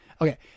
Okay